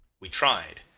we tried.